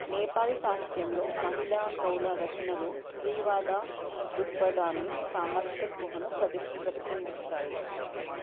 నేపాలి సాహిత్యంలో మహిళ కౌల రచనలు స్త్రీవాద దుక్పదాన్ని సామాజిక స్ఫూహను ప్రతి ప్రతిబింబిస్తాయి